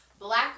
Black